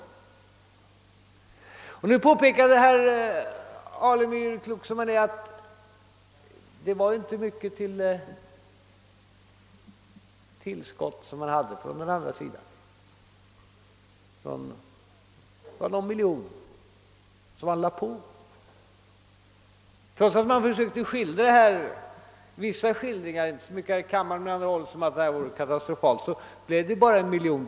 Herr Alemyr påpekade, klok som han är, att det inte var mycket till tillskott man hade att erbjuda från den andra sidan — man lade på någon miljon — trots att man på vissa håll, dock inte så mycket här i kammaren, försökte skildra situationen som katastrofal.